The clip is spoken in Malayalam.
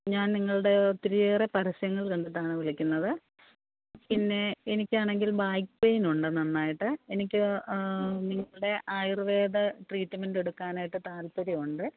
ഞാൻ നിങ്ങളുടെ ഒത്തിരിയേറെ പരസ്യങ്ങൾ കണ്ടിട്ടാണ് വിളിക്കുന്നത് പിന്നെ എനിക്കാണെങ്കിൽ ബാക്ക് പെയിൻ ഉണ്ട് നന്നായിട്ട് എനിക്ക് നിങ്ങളുടെ ആയുർവേദ ട്രീറ്റ്മെൻറ് എടുക്കാനായിട്ട് താല്പര്യമുണ്ട്